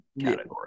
category